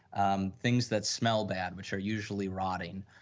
um things that smell bad which are usually rotting.